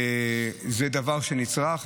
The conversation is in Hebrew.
זה דבר שנצרך,